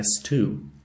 S2